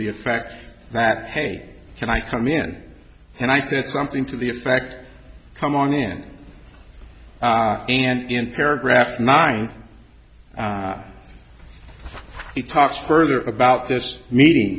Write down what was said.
the effect that hey can i come in and i said something to the effect come on in and in paragraph nine he talks further about this meeting